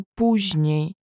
później